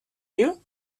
you